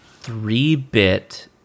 Three-bit